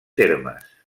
termes